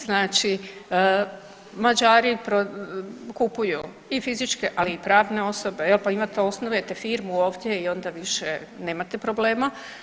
Znači, Mađari kupuju i fizičke ali i pravne osobe, pa imate osnujete firmu ovdje i onda više nemate problema.